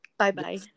Bye-bye